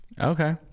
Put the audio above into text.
okay